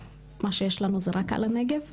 מה שיש לנו זה רק על הנגב,